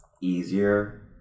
easier